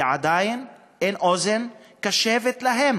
ועדיין אין אוזן קשבת להם.